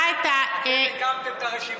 אתם הקמתם את הרשימה המשותפת.